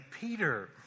Peter